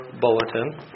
bulletin